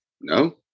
No